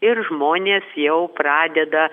ir žmonės jau pradeda